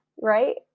right